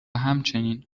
همچنین